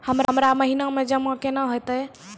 हमरा महिना मे जमा केना हेतै?